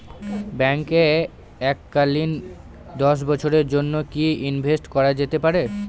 ব্যাঙ্কে এককালীন দশ বছরের জন্য কি ইনভেস্ট করা যেতে পারে?